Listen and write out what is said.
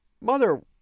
Mother